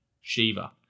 Shiva